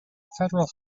federal